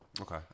Okay